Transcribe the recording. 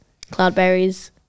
cloudberries